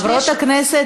חברות הכנסת,